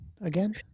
again